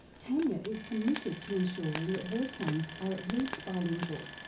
tanya is committed to ensuring that her sons are at least bilingual,